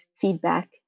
feedback